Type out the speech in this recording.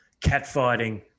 catfighting